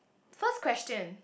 first question